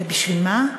ובשביל מה?